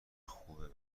خوب